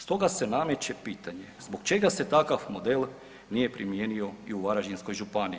Stoga se nameće pitanje, zbog čega se takav model nije primijenio i u Varaždinskoj županiji?